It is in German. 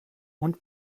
und